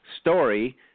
story